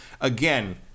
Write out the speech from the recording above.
again